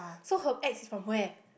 so her ex is from where